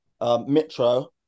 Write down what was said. mitro